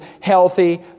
healthy